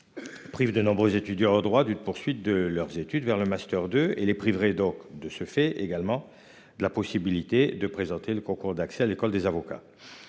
Prive de nombreux étudiants en droit d'une poursuite de leurs études vers le master deux et les priverait donc de ce fait également de la possibilité de présenter le concours d'accès à l'école des avocats.